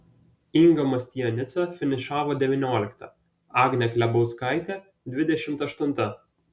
inga mastianica finišavo devyniolikta agnė klebauskaitė dvidešimt aštunta